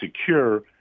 secure